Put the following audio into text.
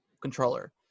controller